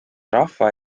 rahva